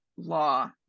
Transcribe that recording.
law